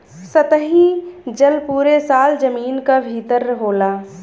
सतही जल पुरे साल जमीन क भितर होला